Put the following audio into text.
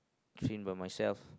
train by myself